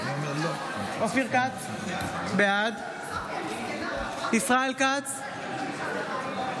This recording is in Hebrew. בעד ישראל כץ,